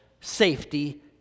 safety